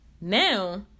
Now